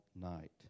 night